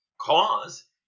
cause